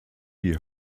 die